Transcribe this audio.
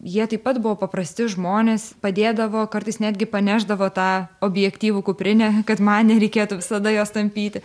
jie taip pat buvo paprasti žmonės padėdavo kartais netgi panešdavo tą objektyvų kuprinę kad man nereikėtų visada jos tampyti